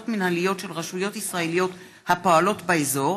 מינהליות של רשויות ישראליות הפועלות באזור),